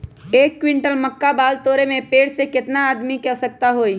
एक क्विंटल मक्का बाल तोरे में पेड़ से केतना आदमी के आवश्कता होई?